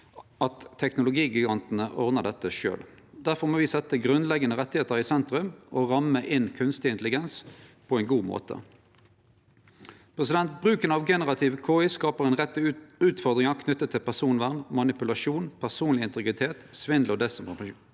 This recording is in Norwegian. at teknologigigantane ordnar dette sjølve. Difor må me setje grunnleggjande rettar i sentrum og ramme inn kunstig intelligens på ein god måte. Bruken av generativ KI skapar ei rekkje utfordringar knytte til personvern, manipulasjon, personleg integritet, svindel og desinformasjon.